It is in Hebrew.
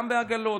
גם בעגלות,